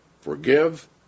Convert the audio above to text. forgive